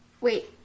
Wait